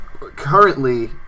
currently